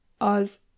az